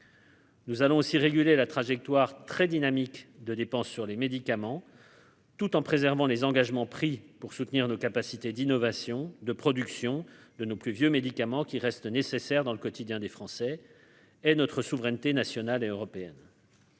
Nous allons aussi réguler la trajectoire très dynamique de dépenses sur les médicaments. Tout en préservant les engagements pris pour soutenir nos capacités d'innovation, de production de nos plus vieux médicaments qui restent nécessaires dans le quotidien des Français, et notre souveraineté nationale et européenne.